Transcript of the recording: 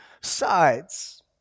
sides